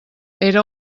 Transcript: era